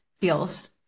feels